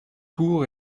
tour